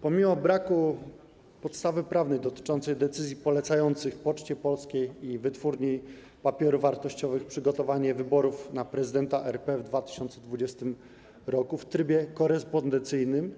Pomimo braku podstawy prawnej dotyczącej decyzji polecających Poczcie Polskiej i Polskiej Wytwórni Papierów Wartościowych przygotowanie wyborów na prezydenta RP w 2020 r. w trybie korespondencyjnym,